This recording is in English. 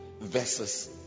Versus